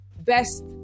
best